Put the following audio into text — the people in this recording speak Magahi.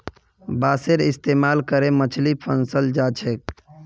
बांसेर इस्तमाल करे मछली फंसाल जा छेक